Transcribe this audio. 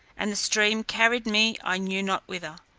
and the stream carried me i knew not whither.